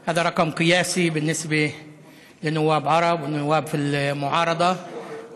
במספר שיא ביחס לחברי הכנסת הערבים החברים באופוזיציה ובחוקים